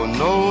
no